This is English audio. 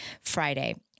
Friday